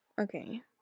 Okay